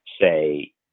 say